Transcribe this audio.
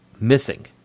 missing